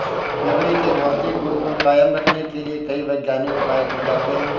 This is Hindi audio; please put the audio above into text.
लकड़ी के भौतिक गुण को कायम रखने के लिए कई वैज्ञानिक उपाय किये जाते हैं